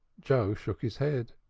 joe shook his head.